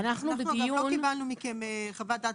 אגב, לא קיבלנו מכם חוות דעת.